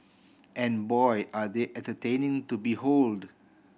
and boy are they entertaining to behold